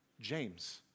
James